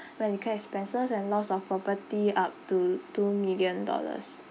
medical expenses and loss of property up to two million dollars